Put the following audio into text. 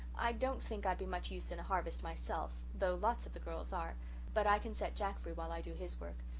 i don't think i'd be much use in a harvest myself though lots of the girls are but i can set jack free while i do his work.